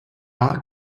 not